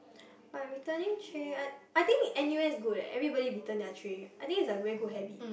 but returning tray I I think N_U_S good eh everybody return their tray I think it's a very good habit